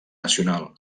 nacional